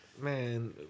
Man